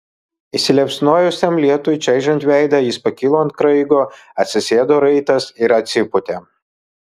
įsiliepsnojusiam lietui čaižant veidą jis pakilo ant kraigo atsisėdo raitas ir atsipūtė